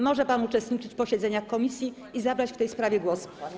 Może pan uczestniczyć w posiedzeniach komisji i zabrać w tej sprawie głos.